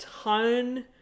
ton